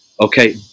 Okay